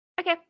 Okay